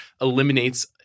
eliminates